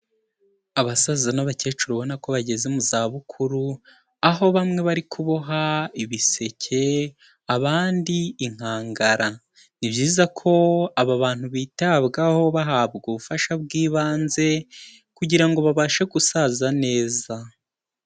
Abasaza n'abakecuru ubona ko bageze mu zabukuru aho bamwe bari kuboha ibiseke, abandi inkangara, ni byiza ko aba bantu bitabwaho bahabwa ubufasha bw'ibanze kugira ngo babashe gusaza neza.